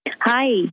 Hi